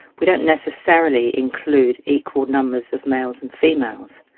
we don't necessarily include equal numbers of males and females.